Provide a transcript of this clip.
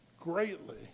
greatly